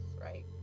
Right